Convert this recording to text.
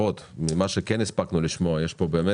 ממה שכן הספקנו לשמוע בנושא הערים המעורבות יש הרבה